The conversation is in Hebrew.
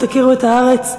תכירו את הארץ,